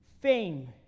fame